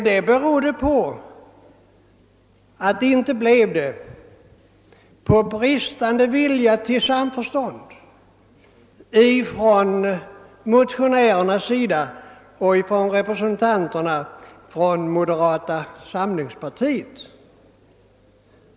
Att så inte skedde berodde på bristande vilja till samförstånd hos motionärerna och representanterna för moderata samlingspartiet.